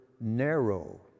narrow